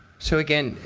so again,